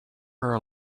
her